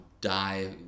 die